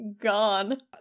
gone